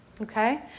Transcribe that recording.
Okay